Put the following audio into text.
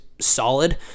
solid